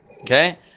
okay